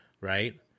right